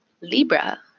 Libra